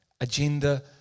agenda